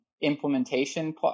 implementation